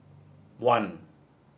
one